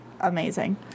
amazing